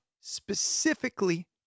specifically